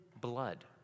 blood